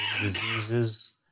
diseases